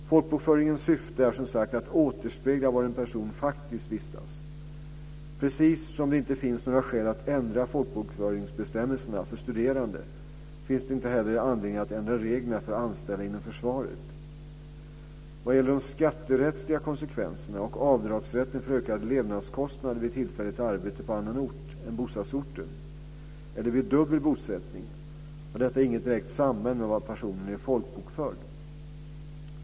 Folkbokföringens syfte är som sagt att återspegla var en person faktiskt vistas. Precis som det inte finns några skäl att ändra folkbokföringsbestämmelserna för studerande finns det inte heller anledning att ändra reglerna för anställda inom försvaret. Vad gäller de skatterättsliga konsekvenserna och avdragsrätten för ökade levnadskostnader vid tillfälligt arbete på annan ort än bostadsorten eller vid dubbel bosättning har detta inget direkt samband med var personen är folkbokförd.